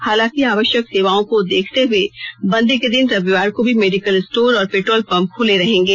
हालांकि आवश्यक सेवाओं को देखते हुए बंदी के दिन रविवार को भी मेडिकल स्टोर और पेट्रोल पंप खुले रहेंगे